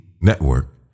network